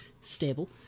stable